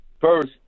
first